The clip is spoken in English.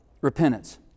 Repentance